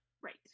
Right